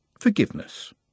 forgiveness